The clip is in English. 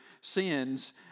sins